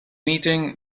eating